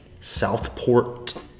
Southport